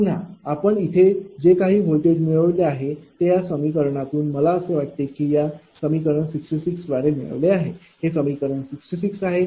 पुन्हा आपण इथे जे काही व्होल्टेज मिळवले आहे ते या समीकरणातून मला असे वाटते की या समीकरण 66 द्वारे मिळवले आहे हे समीकरण 66 आहे